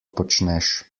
počneš